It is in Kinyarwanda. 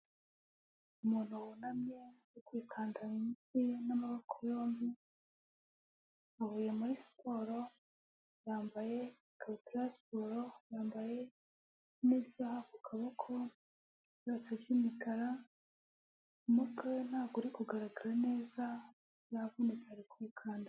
Umuntu wunamye kwikanda imiti n'amaboko yombi avuye muri siporo yambaye ikabutura ya siporo yambaye n'isaha ku ukuboko byose by'umukara umutwe ntabwo uri kugaragara neza yavunitse ari kwikanda.